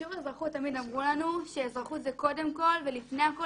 בשיעור אזרחות תמיד אמרו לנו שאזרחות זה קודם כול ולפני הכול